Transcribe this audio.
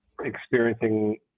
experiencing